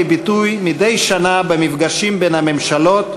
ביטוי מדי שנה במפגשים בין הממשלות,